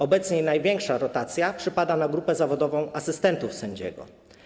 Obecnie największa rotacja przypada na grupę zawodową asystentów sędziego.